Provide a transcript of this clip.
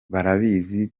barabizi